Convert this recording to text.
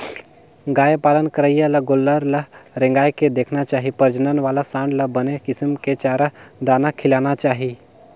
गाय पालन करइया ल गोल्लर ल रेंगाय के देखना चाही प्रजनन वाला सांड ल बने किसम के चारा, दाना खिलाना चाही